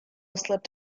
slipped